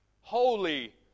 Holy